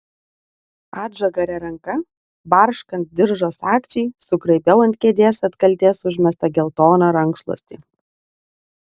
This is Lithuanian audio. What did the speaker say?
atžagaria ranka barškant diržo sagčiai sugraibiau ant kėdės atkaltės užmestą geltoną rankšluostį